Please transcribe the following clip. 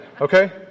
Okay